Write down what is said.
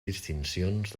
distincions